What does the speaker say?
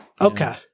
Okay